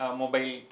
mobile